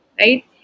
right